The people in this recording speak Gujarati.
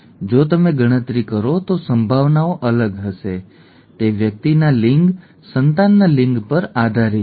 જો તમે ગણતરી કરો તો સંભાવનાઓ અલગ હશે તે વ્યક્તિના લિંગ સંતાનના લિંગ પર આધારિત છે